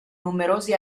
numerosi